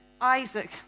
Isaac